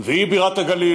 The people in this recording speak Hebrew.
והיא בירת הגליל.